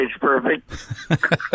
perfect